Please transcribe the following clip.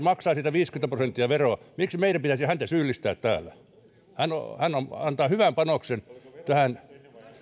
maksaa siitä viisikymmentä prosenttia veroa miksi meidän pitäisi häntä syyllistää täällä hän antaa hyvän panoksen tähän